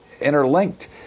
interlinked